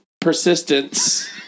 persistence